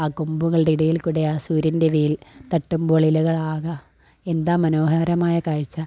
ആ കൊമ്പുകളുടെ ഇടയിൽക്കൂടെ ആ സൂര്യൻ്റെ വെയിൽ തട്ടുമ്പോൾ ഇലകൾ ആഹാ എന്താ മനോഹരമായ കാഴ്ച